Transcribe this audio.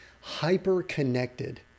hyper-connected